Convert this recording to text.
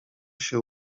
się